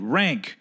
rank